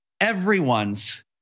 everyone's